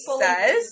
says